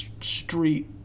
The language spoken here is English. street